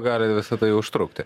gali visa tai užtrukti